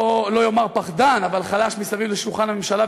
לא אומר פחדן, אבל חלש סביב שולחן הממשלה?